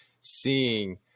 seeing